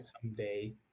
someday